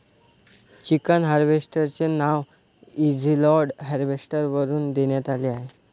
chicken harvester चे नाव easyload harvester वरून देण्यात आले आहे